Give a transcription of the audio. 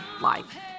life